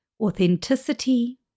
Authenticity